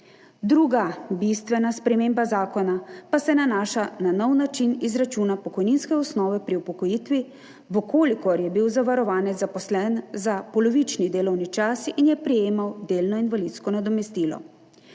Druga bistvena sprememba zakona pa se nanaša na nov način izračuna pokojninske osnove pri upokojitvi, če je bil zavarovanec zaposlen za polovični delovni čas in je prejemal delno invalidsko nadomestilo.